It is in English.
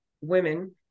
women